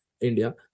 India